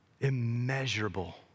immeasurable